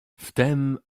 wtem